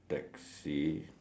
modify our author